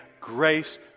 grace